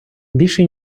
більше